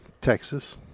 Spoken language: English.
Texas